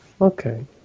Okay